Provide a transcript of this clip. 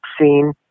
scene